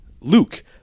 luke